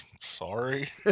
sorry